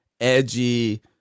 edgy